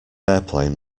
airplane